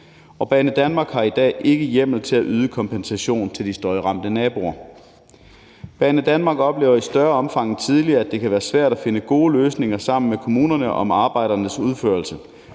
Banedanmark har i dag ikke hjemmel til at yde kompensation til de støjramte naboer. Banedanmark oplever i større omfang end tidligere, at det kan være svært at finde gode løsninger sammen med kommunerne til arbejdernes udførelse,